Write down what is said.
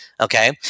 Okay